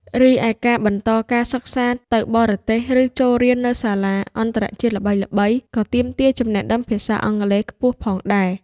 រីឯ ការបន្តការសិក្សាទៅបរទេស ឬចូលរៀននៅសាលាអន្តរជាតិល្បីៗ ក៏ទាមទារចំណេះដឹងភាសាអង់គ្លេសខ្ពស់ផងដែរ។